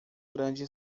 grande